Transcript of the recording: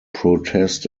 protest